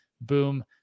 Boom